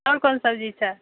आओर कोन सब्जी छै